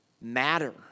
matter